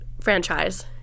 franchise